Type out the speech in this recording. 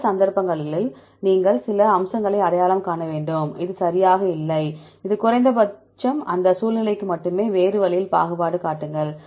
அந்த சந்தர்ப்பங்களில் நீங்கள் சில அம்சங்களை அடையாளம் காண வேண்டும் இது சரியாக இல்லை இது குறைந்தபட்சம் அந்த சூழ்நிலைக்கு மட்டுமே வேறு வழியில் பாகுபாடு காட்டுங்கள்